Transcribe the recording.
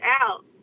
out